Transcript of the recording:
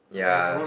ya